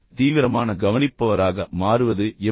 சுறுசுறுப்பான கேட்பவராக மாறுவது எப்படி